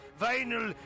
vinyl